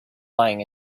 lying